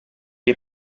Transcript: est